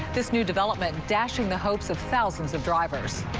this new development dashing the hopes of thousands of drivers.